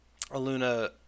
Aluna